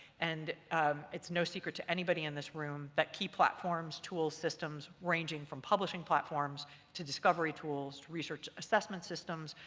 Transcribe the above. and it's no secret to anybody in this room that key platforms, tools, systems, ranging from publishing platforms to discovery tools to research assessment systems,